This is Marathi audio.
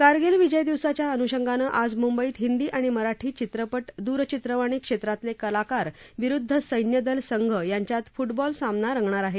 कारगिल विजय दिवसाच्या अनुषंगानं आज मुंबईत हिंदी आणि मराठी चित्रपट दूरचित्रवाणी क्षेत्रातले कलाकार विरुद्ध सैन्यदल संघ यांच्यात फुटबॉल सामना रंगणार आहे